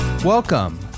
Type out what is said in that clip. Welcome